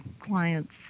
clients